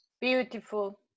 Beautiful